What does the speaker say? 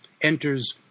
enters